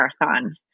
Marathon